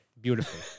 Beautiful